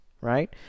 Right